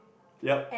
ya